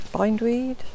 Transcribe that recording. bindweed